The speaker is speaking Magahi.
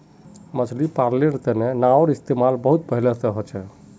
मछली पालानेर तने नाओर इस्तेमाल बहुत पहले से होचे